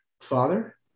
Father